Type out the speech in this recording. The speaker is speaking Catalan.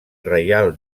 reial